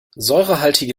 säurehaltige